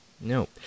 No